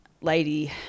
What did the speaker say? lady